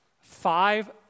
Five